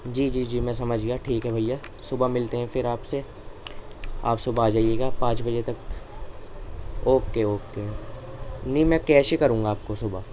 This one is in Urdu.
جی جی جی میں سمجھ گیا ٹھیک ہے بھیا صبح ملتے ہیں پھر آپ سے آپ صبح آ جائیے گا پانچ بجے تک اوکے اوکے نہیں میں کیش ہی کروں گا آپ کو صبح